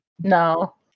No